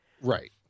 Right